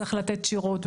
צריך לתת שירות.